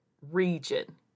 region